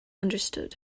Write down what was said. understood